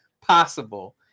possible